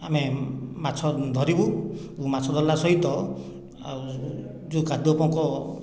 ଆମେ ମାଛ ଧରିବୁ ଓ ମାଛ ଧରିଲା ସହିତ ଆଉ ଯେଉଁ କାଦୁଅ ପଙ୍କ